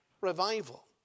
revival